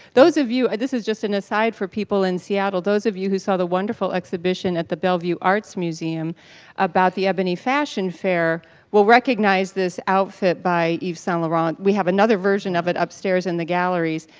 those of you, and this is just an aside for people in seattle, those of you who saw the wonderful exhibition at the bellevue arts museum about the ebony fashion fair will recognize this outfit by yves saint laurent. we have another version of it upstairs in the galleries,